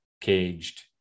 caged